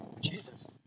Jesus